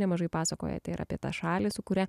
nemažai pasakojate ir apie tą šalį su kuria